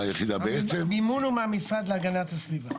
המימון הוא מהמשרד להגנת הסביבה.